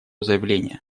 заявление